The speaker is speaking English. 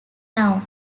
now